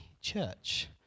church